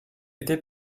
était